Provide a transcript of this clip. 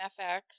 FX